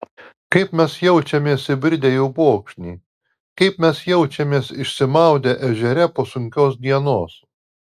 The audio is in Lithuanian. kaip mes jaučiamės įbridę į upokšnį kaip mes jaučiamės išsimaudę ežere po sunkios dienos